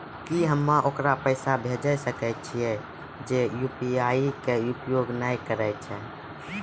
की हम्मय ओकरा पैसा भेजै सकय छियै जे यु.पी.आई के उपयोग नए करे छै?